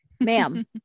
Ma'am